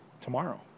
tomorrow